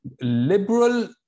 liberal